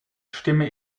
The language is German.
stimme